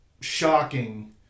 shocking